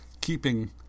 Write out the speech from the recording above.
keeping